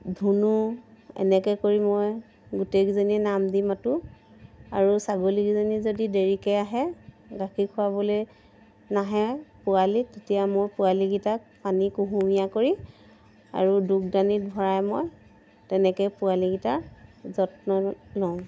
ধুনু এনেকে কৰি মই গোটেইকিজনী নাম দি মাতোঁ আৰু ছাগলীকেইজনী যদি দেৰিকৈ আহে গাখীৰ খোৱাবলৈ নাহে পোৱালিক তেতিয়া মোৰ পোৱালিকেইটাক পানী কুহুমীয়া কৰি আৰু দুবদানিত ভৰাই মই তেনেকৈ পোৱালিকেইটাৰ যত্ন লওঁ